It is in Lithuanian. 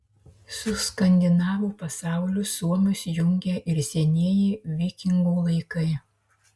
su skandinavų pasauliu suomius jungia ir senieji vikingų laikai